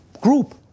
group